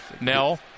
Nell